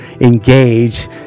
engage